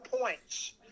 points